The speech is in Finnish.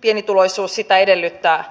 pienituloisuus sitä edellyttää